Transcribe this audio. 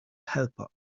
helper